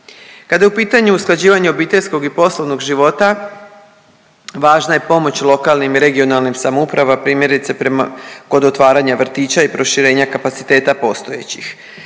Kada je u pitanju usklađivanje obiteljskog i poslovnog života, važna je pomoć lokalnim i regionalnim samouprava, primjerice, kod otvaranja vrtića i proširenja kapaciteta postojećih.